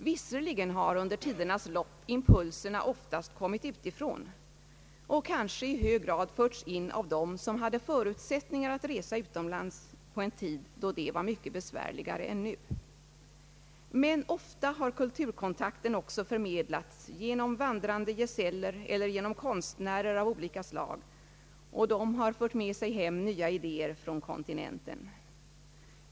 Visserligen har under tidernas lopp impulserna oftast kommit utifrån och kanske i hög grad förts in av dem som hade förutsättningar att resa utomlands på en tid då detta var mycket besvärligare än nu. Men ofta har kulturkontakten också förmedlats genom vandrande gesäller eller genom konstnärer av olika slag, och de har fört med sig hem nya idéer från kontinenten.